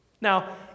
Now